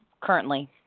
currently